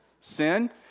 sin